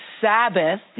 Sabbath